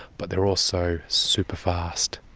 but they're also super-fast.